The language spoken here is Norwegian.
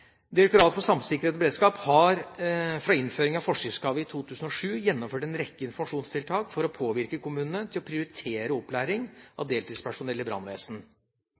Direktoratet for samfunnssikkerhet og beredskap har fra innføringen av forskriftskravet i 2007 gjennomført en rekke informasjonstiltak for å påvirke kommunene til å prioritere opplæring av deltidspersonell i brannvesen.